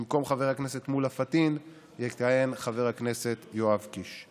במקום חבר הכנסת פטין מולא יכהן חבר הכנסת יואב קיש.